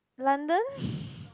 London